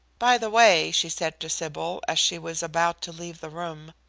by the way, she said to sybil, as she was about to leave the room,